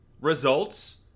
results